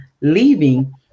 leaving